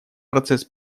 процесс